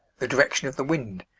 the direction of the wind,